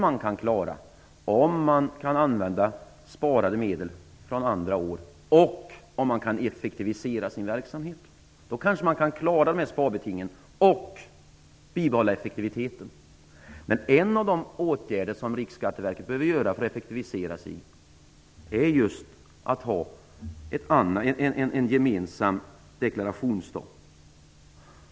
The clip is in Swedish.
Men om man kan använda sparade medel från tidigare år och effektivisera sin verksamhet, kan man kanske klara sparbetingen och samtidigt bibehålla effektiviteten. En av de åtgärder som Riksskatteverket behöver vidta för att effektivisera är just att ha en gemensam deklarationsdag.